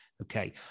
okay